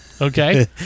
Okay